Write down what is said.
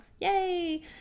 yay